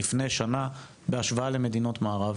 לפני שנה בהשוואה למדינות מערב.